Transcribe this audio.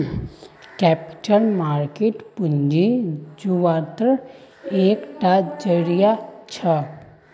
capital market पूँजी जुत्वार एक टा ज़रिया छे